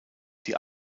die